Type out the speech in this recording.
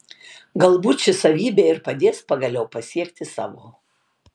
galbūt ši savybė ir padės pagaliau pasiekti savo